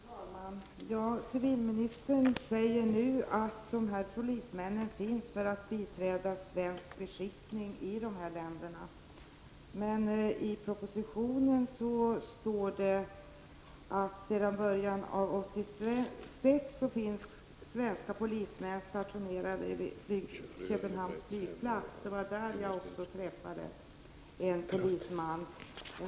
Fru talman! Civilministern säger att de här polismännen finns för att biträda svensk beskickning i länderna i fråga, men i propositionen står det att svenska polismän sedan början av 1986 finns stationerade vid Köpenhamns flygplats. Det var också där som jag träffade en polisman.